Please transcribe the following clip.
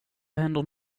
händer